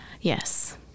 Yes